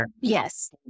Yes